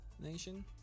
Nation